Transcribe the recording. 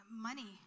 Money